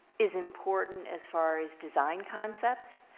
is important as far as design concepts.